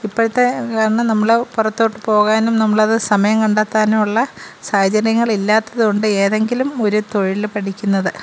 ഇപ്പോഴത്തെ കാരണം നമ്മൾ പുറത്തോട്ട് പോകാനും നമ്മളത് സമയം കണ്ടെത്താനും ഉള്ള സാഹചര്യങ്ങള് ഇല്ലാത്തതുകൊണ്ട് ഏതെങ്കിലും ഒരു തൊഴിൽ പഠിക്കുന്നത്